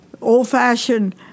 old-fashioned